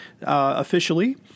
officially